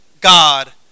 God